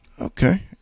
Okay